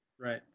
Right